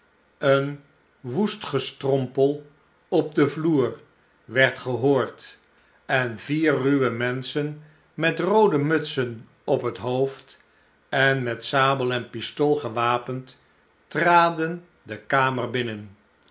een woest gestrompel op den vloer werd gehoord en vier ruwe menschen met roodemutsen op het hoofd en met sabel en pistool gewapend traden de kamer binnen